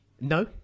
No